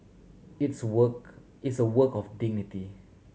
it's work it's a work of dignity